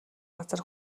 газар